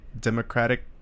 Democratic